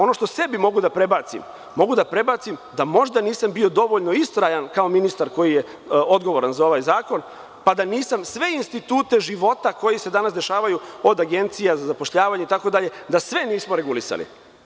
Ono što sebi mogu da prebacim, mogu da prebacim da možda nisam bio dovoljno istrajan kao ministar koji je odgovoran za ovaj zakon, pa da nisam sve institute života, koji se danas dešavaju, od agencija za zapošljavanje, itd, regulisao.